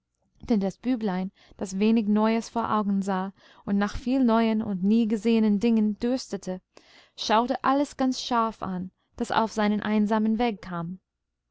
denn das büblein das wenig neues vor augen sah und nach viel neuen und nie gesehenen dingen dürstete schaute alles ganz scharf an das auf seinen einsamen weg